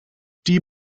die